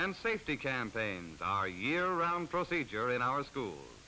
and safety campaigns are year round procedure and our school